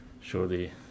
Surely